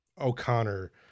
o'connor